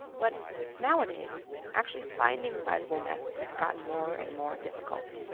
but nowadays actually finding sizable nests has gotten more and more difficult